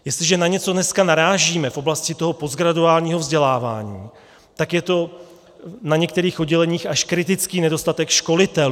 Jestliže dneska na něco narážíme v oblasti postgraduálního vzdělávání, tak je to na některých odděleních až kritický nedostatek školitelů.